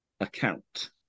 account